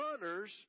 runners